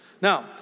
Now